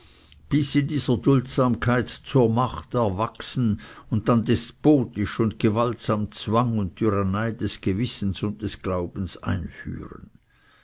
in dieser duldsamkeit zur macht erwachsen und dann despotisch und gewaltsam zwang und tyrannei des gewissens und des glaubens einführen